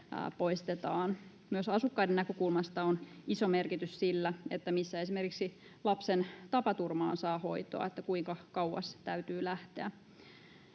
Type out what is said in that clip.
poistetaan. Myös asukkaiden näkökulmasta on iso merkitys sillä, missä esimerkiksi lapsen tapaturmaan saa hoitoa, ja kuinka kauas täytyy lähteä.